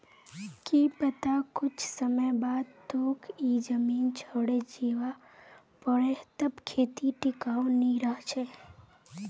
की पता कुछ समय बाद तोक ई जमीन छोडे जीवा पोरे तब खेती टिकाऊ नी रह छे